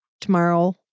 Tomorrow